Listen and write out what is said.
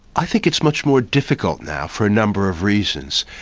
i think it's much more difficult now for a number of reasons.